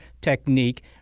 technique